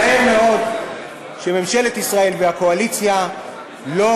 מצער מאוד שממשלת ישראל והקואליציה לא